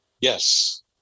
Yes